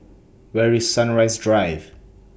Where IS Sunrise Drive